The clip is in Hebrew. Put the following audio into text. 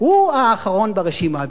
הוא האחרון ברשימה.